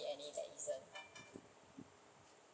any there isn't